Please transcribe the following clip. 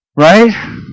Right